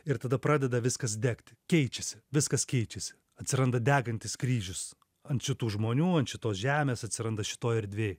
ir tada pradeda viskas degti keičiasi viskas keičiasi atsiranda degantis kryžius ant šitų žmonių ant šitos žemės atsiranda šitoj erdvėj